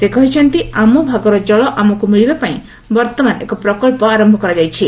ସେ କହିଛନ୍ତି ଆମ ଭାଗରେ ଜଳ ଆମକୁ ମିଳିବା ପାଇଁ ବର୍ତ୍ତମାନ ଏକ ପ୍ରକଳ୍ପ ଆରମ୍ଭ କରାଯାଇଛି